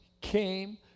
came